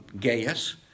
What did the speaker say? Gaius